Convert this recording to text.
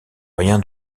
rien